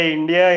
India